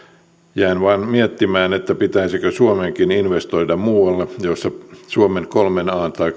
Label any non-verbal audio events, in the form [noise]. jään vain miettimään pitäisikö suomenkin investoida muualle missä suomen aaan tai [unintelligible]